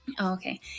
Okay